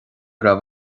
raibh